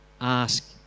ask